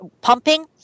pumping